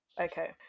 okay